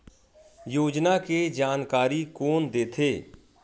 योजना के जानकारी कोन दे थे?